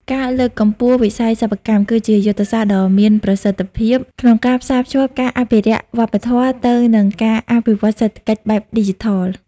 ការលើកកម្ពស់វិស័យសិប្បកម្ម គឺជាយុទ្ធសាស្ត្រដ៏មានប្រសិទ្ធភាពក្នុងការផ្សារភ្ជាប់ការអភិរក្សវប្បធម៌ ទៅនឹងការអភិវឌ្ឍសេដ្ឋកិច្ចបែបឌីជីថល។